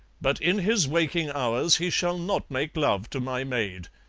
but in his waking hours he shall not make love to my maid.